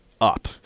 up